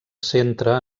centra